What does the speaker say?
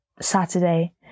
Saturday